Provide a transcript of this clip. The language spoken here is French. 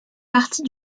partie